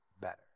better